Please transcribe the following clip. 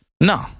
No